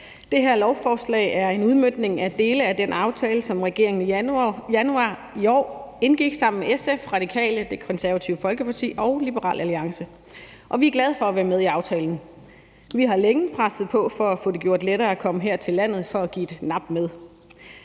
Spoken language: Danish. Det her lovforslag er en udmøntning af dele af den aftale, som regeringen i januar i år indgik med SF, Radikale, Det Konservative Folkeparti og Liberal Alliance. Og vi er glade for at være med i aftalen. Vi har længe presset på for at få det gjort lettere at komme her til landet for at give et nap med.